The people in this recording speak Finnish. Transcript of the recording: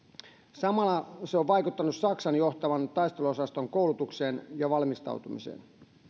samalla se on vaikuttanut saksan johtaman taisteluosaston koulutukseen ja valmistautumiseen